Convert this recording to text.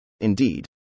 Indeed